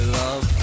love